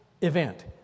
event